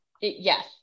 yes